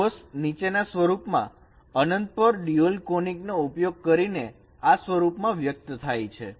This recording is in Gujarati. Cos નીચેના સ્વરૂપમાં અનંત પર ડ્યુઅલ કોનીક નો ઉપયોગ કરીને આ સ્વરૂપમાં વ્યક્ત થાય છે